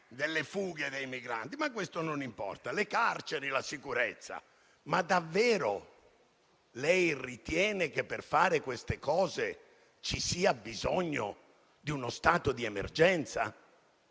delle fughe dei migranti! Ma questo non importa. Si è parlato poi delle carceri e della sicurezza: ma davvero lei ritiene che per fare queste cose ci sia bisogno di uno stato di emergenza?